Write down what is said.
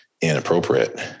inappropriate